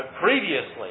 previously